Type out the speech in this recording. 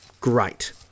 Great